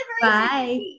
Bye